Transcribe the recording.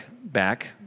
back